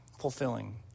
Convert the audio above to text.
fulfilling